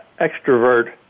extrovert